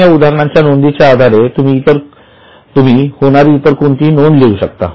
कारण या उदाहणांच्या नोंदीच्या आधारे तुम्ही होणारी इतर कोणतीही नोंद लिहू शकता